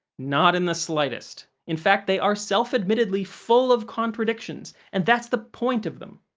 not in the slightest. in fact, they are self-admittedly full of contradictions, and that's the point of them.